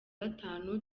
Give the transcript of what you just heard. gatanu